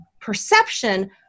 perception